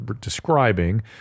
describing